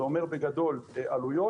זה אומר בגדול עלויות,